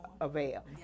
avail